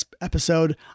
episode